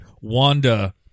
Wanda